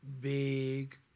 big